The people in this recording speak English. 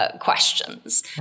Questions